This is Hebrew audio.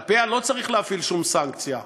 כלפיה לא צריך להפעיל שום סנקציה.